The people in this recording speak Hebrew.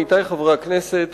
עמיתי חברי הכנסת,